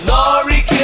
Laurie